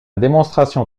démonstration